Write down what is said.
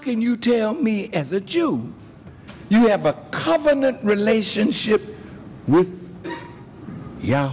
can you tell me as a jew you have a covenant relationship